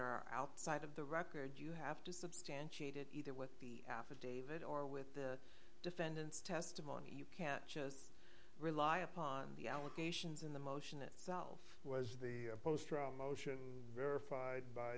are outside of the record you have to substantiate it either with the affidavit or with the defendant's testimony you can't just rely upon the allegations in the motion itself was the poster of motion verified